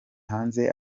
hanze